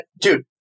Dude